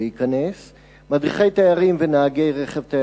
לבנייה נדחתה או שנפגעו מהחלטת הממשלה להקפיא את